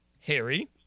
Harry